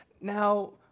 Now